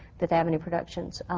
fifth avenue productions,